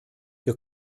wir